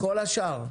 כל השאר.